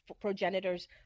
progenitors